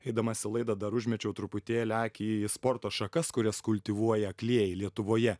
eidamas į laidą dar užmečiau truputėlį akį į sporto šakas kurias kultivuoja aklieji lietuvoje